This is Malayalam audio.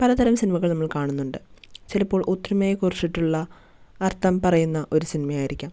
പലതരം സിനിമകൾ നമ്മൾ കാണുന്നുണ്ട് ചിലപ്പോൾ ഒത്തൊരുമയെ കുറിച്ചിട്ടുള്ള അർത്ഥം പറയുന്ന ഒരു സിനിമയായിരിക്കാം